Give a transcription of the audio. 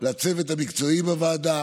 לצוות המקצועי בוועדה